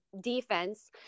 defense